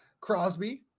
Crosby